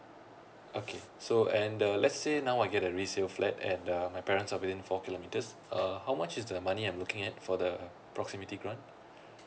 okay so and the let's say now I get a resale flat and uh my parents are within four kilometres uh how much is the money I'm looking at for the proximity grant